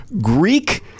Greek